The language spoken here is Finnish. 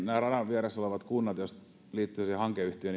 nämä radan vieressä olevat kunnat jos ne liittyvät siihen hankeyhtiöön